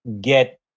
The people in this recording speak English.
get